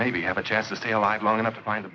maybe have a chance to stay alive long enough to find a